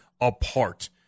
apart